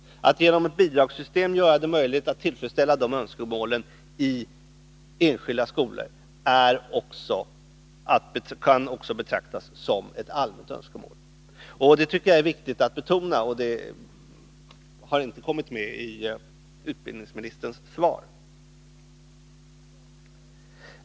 Att man genom ett bidragssystem gör det möjligt att tillfredsställa dessa önskemål i enskilda skolor kan också betraktas som ett allmänt önskemål. Detta tycker jag är viktigt att betona, men det har inte kommit med i interpellationssvaret.